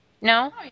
No